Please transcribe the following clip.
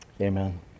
Amen